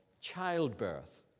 childbirth